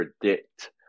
predict